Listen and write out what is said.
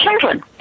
Children